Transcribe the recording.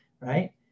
right